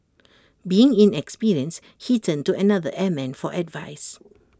being inexperienced he turned to another airman for advice